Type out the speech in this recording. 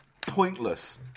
pointless